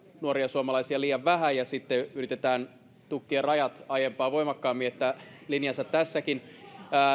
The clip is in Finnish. nuoria suomalaisia on liian vähän ja sitten yritetään tukkia rajat aiempaa voimakkaammin linjansa tässäkin